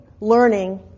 learning